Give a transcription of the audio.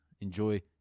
Enjoy